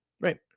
right